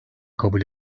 kabul